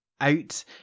out